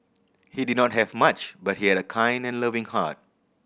he did not have much but he had a kind and loving heart